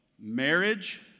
marriage